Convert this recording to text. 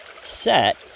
set